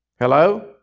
Hello